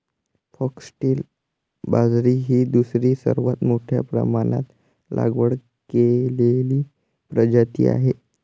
foxtail बाजरी ही दुसरी सर्वात मोठ्या प्रमाणात लागवड केलेली प्रजाती आहे